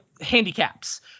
handicaps